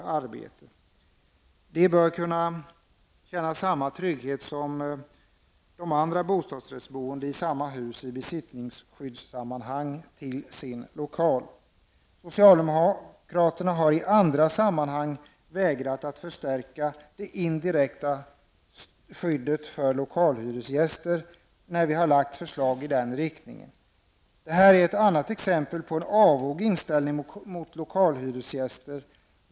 Lokalhyresgästen bör kunna känna samma trygghet i besittningen av sin lokal som de bostadsrättsboende i samma hus har i besittningen av sin bostadsrätt. Socialdemokraterna har i andra sammanhang vägrat att förstärka det indirekta skyddet för lokalhyresgäster när vi lagt fram förslag i den riktningen. Det här är ett annat exempel på en avog inställning mot lokalhyresgäster.